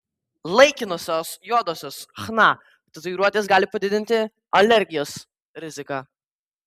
laikinosios juodosios chna tatuiruotės gali padidinti alergijos riziką